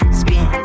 spin